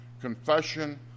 confession